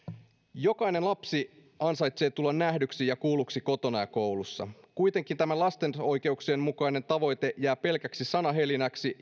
jokainen lapsi ansaitsee tulla nähdyksi ja kuulluksi kotona ja koulussa kuitenkin tämä lasten oikeuksien mukainen tavoite jää pelkäksi sanahelinäksi